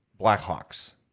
Blackhawks